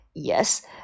Yes